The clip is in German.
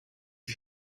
wie